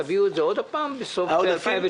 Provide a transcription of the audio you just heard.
תביאו את זה עוד הפעם בסוף 2019?